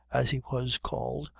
as he was called,